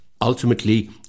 ultimately